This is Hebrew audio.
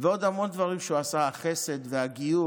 ועוד המון דברים שהוא עשה: החסד והגיור,